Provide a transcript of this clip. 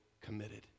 committed